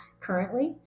currently